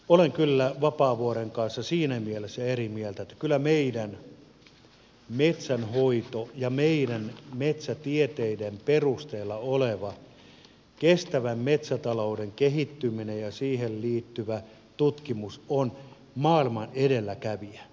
olen kyllä vapaavuoren kanssa siinä mielessä eri mieltä että kyllä meidän metsänhoito ja meidän metsätieteiden perusteella oleva kestävän metsätalouden kehittyminen ja siihen liittyvä tutkimus on maailman edelläkävijä